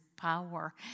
power